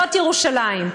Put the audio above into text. זאת ירושלים.